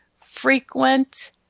frequent